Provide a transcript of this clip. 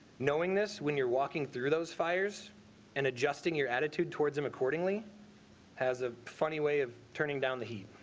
knowing this when you're walking through those fires and adjusting your attitude towards them accordingly has a funny way of turning down the heat.